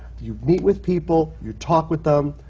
you meet with people, you talk with them.